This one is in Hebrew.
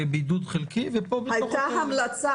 במקום "לשוב ולהכריז" יבוא "להאריך את תוקף ההכרזה"